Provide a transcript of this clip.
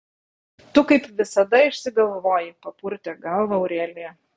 tu kaip visada išsigalvoji papurtė galvą aurelija